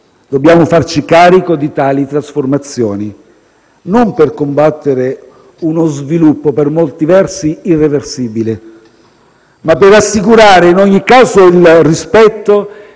Dobbiamo farci carico di tali trasformazioni non per combattere uno sviluppo per molti versi irreversibile, ma per assicurare, in ogni caso, il rispetto